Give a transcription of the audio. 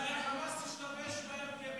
השאלה היא אם חמאס משתמש בהם כמגינים אנושיים,